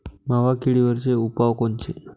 मावा किडीवरचे उपाव कोनचे?